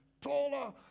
taller